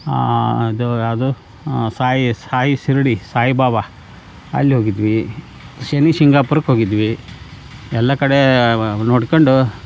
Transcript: ಅದು ಯಾವುದು ಸಾಯಿ ಸಾಯಿ ಶಿರಡಿ ಸಾಯಿ ಬಾಬಾ ಅಲ್ಲಿ ಹೋಗಿದ್ವಿ ಶನಿ ಶಿಂಗನಪುರಕ್ ಹೋಗಿದ್ವಿ ಎಲ್ಲ ಕಡೆ ನೋಡಿಕೊಂಡು